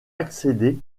accéder